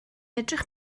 edrych